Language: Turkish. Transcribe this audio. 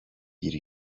bir